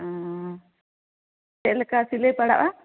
ᱚᱻ ᱪᱮᱫ ᱞᱮᱠᱟ ᱥᱤᱞᱟᱹᱭ ᱯᱟᱲᱟᱜᱼᱟ